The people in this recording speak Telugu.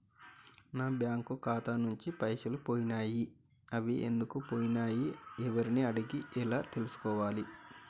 నా బ్యాంకు ఖాతా నుంచి పైసలు పోయినయ్ అవి ఎందుకు పోయినయ్ ఎవరిని అడగాలి ఎలా తెలుసుకోవాలి?